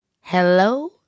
Hello